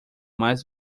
mais